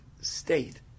state